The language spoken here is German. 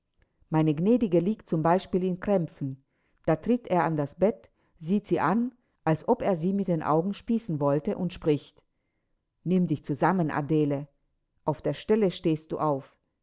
meine gnädige liegt zum beispiel in krämpfen da tritt er an das bett sieht sie an als ob er sie mit den augen spießen wollte und spricht nimm dich zusammen adele auf der stelle stehst du auf